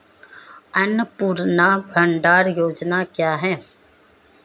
अन्नपूर्णा भंडार योजना क्या है?